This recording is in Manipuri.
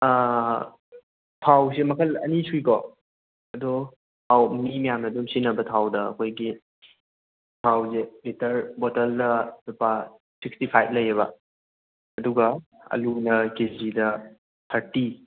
ꯊꯥꯎꯁꯦ ꯃꯈꯜ ꯑꯅꯤ ꯁꯨꯏꯀꯣ ꯑꯗꯣ ꯊꯥꯎ ꯃꯤ ꯃꯌꯥꯝꯅ ꯑꯗꯨꯝ ꯁꯤꯖꯟꯅꯕ ꯊꯥꯎꯗ ꯑꯩꯈꯣꯏꯒꯤ ꯊꯥꯎꯁꯦ ꯂꯤꯇꯔ ꯕꯣꯠꯇꯜꯗ ꯂꯨꯄꯥ ꯁꯤꯛꯁꯇꯤꯐꯥꯏꯚ ꯂꯩꯌꯦꯕ ꯑꯗꯨꯒ ꯑꯂꯨꯅ ꯀꯦꯖꯤꯗ ꯊꯥꯔꯇꯤ